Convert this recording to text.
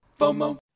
FOMO